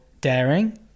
daring